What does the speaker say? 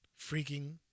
freaking